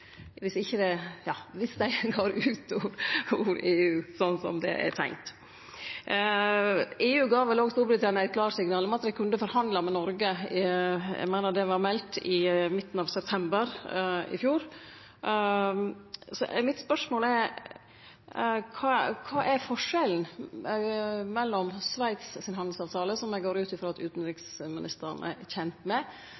dei går ut av EU, slik som det er tenkt. EU gav vel òg Storbritannia eit klarsignal om at dei kunne forhandle med Noreg. Eg meiner det vart meldt i midten av september i fjor. Mitt spørsmål er: Kva er forskjellen mellom handelsavtalen til Sveits, som eg går ut ifrå at